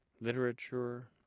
literature